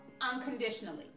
unconditionally